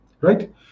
Right